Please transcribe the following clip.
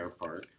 airpark